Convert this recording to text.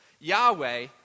Yahweh